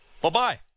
Bye-bye